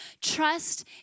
Trust